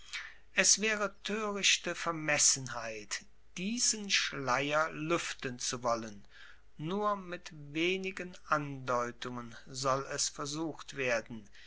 es waere toerichte vermessenheit diesen schleier lueften zu wollen nur mit wenigen andeutungen soll es versucht werden